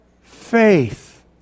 faith